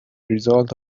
result